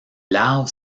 larves